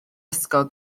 ysgol